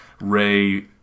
ray